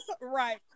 Right